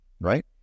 right